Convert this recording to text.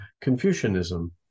Confucianism